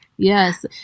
yes